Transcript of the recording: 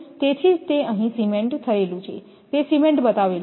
તેથી જ તે અહીં સિમેન્ટ થયેલું છે તે સીમેન્ટ બતાવ્યું છે